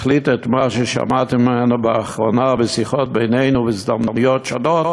החליט את מה ששמעתי ממנו באחרונה בשיחות בינינו בהזדמנויות שונות: